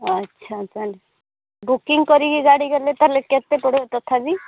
ଆଚ୍ଛା ବୁକିଙ୍ଗ କରିକି ଗାଡ଼ି ଗଲେ କେତେ ପଡ଼ିବ ତଥାପି